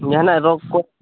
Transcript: ᱡᱟᱦᱟᱱᱟᱜ ᱨᱳᱜ ᱠᱚ